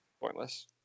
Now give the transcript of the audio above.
pointless